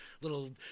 little